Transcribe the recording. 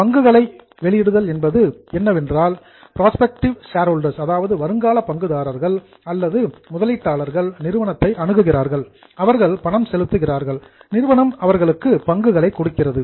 பங்குகளை வெளியிடுதல் என்பது என்னவென்றால் புரோஸ்பெக்டிவ் ஷேர்ஹோல்டர்ஸ் வருங்கால பங்குதாரர்கள் அல்லது இன்வெஸ்டர்ஸ் முதலீட்டாளர்கள் நிறுவனத்தை அணுகுகிறார்கள் அவர்கள் பணம் செலுத்துகிறார்கள் நிறுவனம் அவர்களுக்கு பங்குகளை கொடுக்கிறது